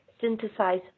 synthesize